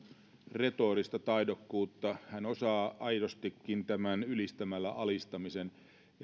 retorista taidokkuutta hän osaa aidostikin tämän ylistämällä alistamisen